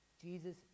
Jesus